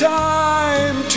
time